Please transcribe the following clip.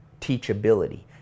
teachability